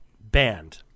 Banned